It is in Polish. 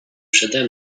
przede